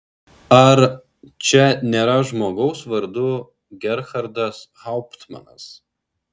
ar čia nėra žmogaus vardu gerhardas hauptmanas